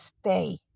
stay